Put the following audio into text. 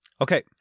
Okay